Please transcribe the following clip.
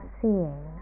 seeing